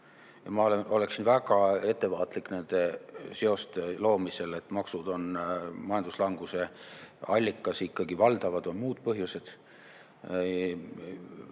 Ma oleksin väga ettevaatlik nende seoste loomisel, et maksud on majanduslanguse allikas. Ikkagi valdavad on muud põhjused: